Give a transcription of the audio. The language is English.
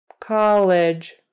College